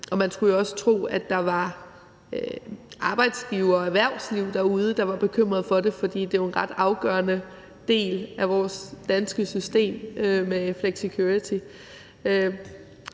Man skulle også tro, at der var arbejdsgivere og erhvervsliv derude, der var bekymrede for det, for det er jo en ret afgørende del af vores danske system med flexicurity.